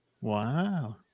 Wow